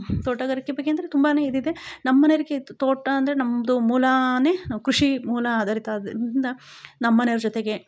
ತೋಟಗಾರಿಕೆ ಬಗ್ಗೆ ಅಂದರೆ ತುಂಬಾನೆಯಿದಿದೆ ನಮ್ಮ ಮನೆಯೊರ್ಗೆ ಇದು ತೋಟ ಅಂದರೆ ನಮ್ಮದು ಮೂಲಾ ಕೃಷಿ ಮೂಲ ಆಧಾರಿತ ಅದು ಇಂದ ನಮ್ಮ ಮನೆಯವ್ರ ಜೊತೆಗೆ